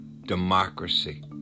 democracy